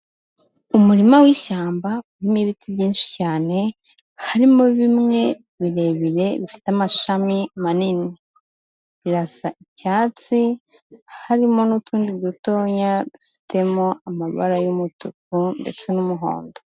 Umurima w'ishyamba urimo ibiti byinshi cyane harimo bimwe birebire bifite amashami manini, rirasa icyatsi harimo n'utundi dutoya dufitemo amabara y'umutuku ndetse n'umuhondo.